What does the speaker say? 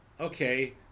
okay